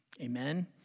Amen